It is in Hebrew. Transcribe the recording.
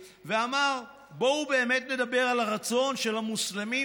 ואמר: בואו באמת נדבר על הרצון של המוסלמים